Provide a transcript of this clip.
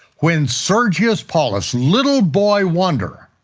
when sergius paulus, little boy wonder,